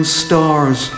stars